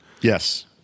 Yes